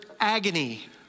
agony